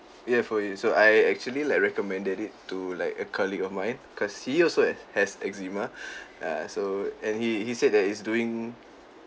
yeah for you so I actually like recommended it to like a colleague of mine cause he also has has eczema ya so and he he said that it's doing